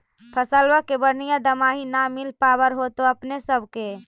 फसलबा के बढ़िया दमाहि न मिल पाबर होतो अपने सब के?